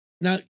Now